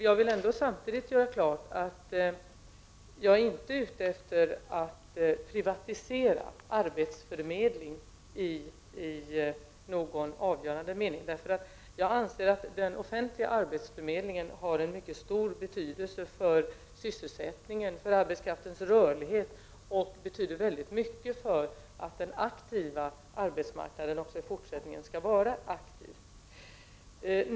Jag vill samtidigt göra klart att jag inte är ute efter att i någon avgörande mening privatisera arbetsförmedling. Jag anser nämligen att den offentliga arbetsförmedlingen har en mycket stor betydelse för sysselsättningen och för arbetskraftens rörlighet, och den betyder mycket för att den aktiva arbetsmarknaden också i fortsättningen skall vara aktiv.